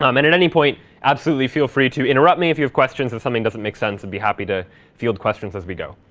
um and at any point, absolutely feel free to interrupt me if you have questions. if something doesn't make sense, i'd be happy to field questions as we go.